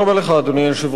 עמיתי חברי הכנסת,